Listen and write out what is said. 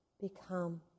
become